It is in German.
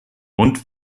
und